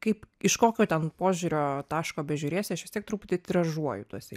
kaip iš kokio ten požiūrio taško bežiūrėsi aš vis tiek truputį tiražuoju tuose